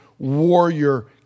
warrior